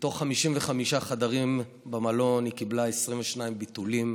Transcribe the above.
מתוך 55 חדרים במלון היא קיבלה 22 ביטולים,